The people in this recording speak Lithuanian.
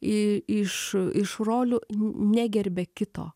iš iš rolių negerbia kito